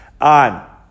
on